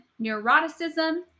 neuroticism